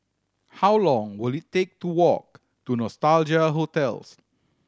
how long will it take to walk to Nostalgia Hotels